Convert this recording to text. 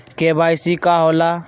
KYC का होला?